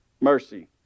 mercy